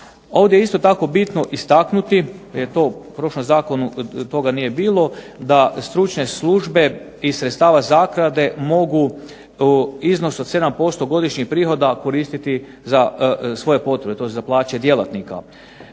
Ovdje je isto tako bitno istaknuti jer to u prošlom zakonu toga nije bilo da stručne službe iz sredstava zaklade mogu u iznosu od 7% godišnjih prihoda koristiti za svoje potrebe tj. za plaće djelatnika.